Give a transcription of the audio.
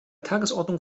tagesordnung